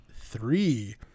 three